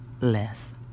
less